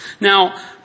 Now